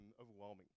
overwhelming